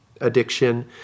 addiction